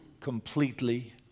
completely